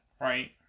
Right